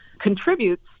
contributes